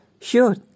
Sure